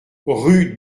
rue